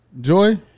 Joy